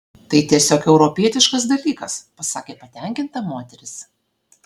tai tiesiog europietiškas dalykas pasakė patenkinta moteris